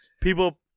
People